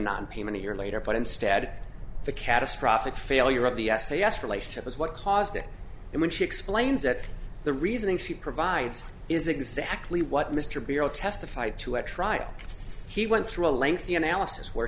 nonpayment a year later but instead the catastrophic failure of the s a s relationship is what caused it and when she explains that the reasoning she provides is exactly what mr barrow testified to at trial he went through a lengthy analysis where